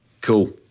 Cool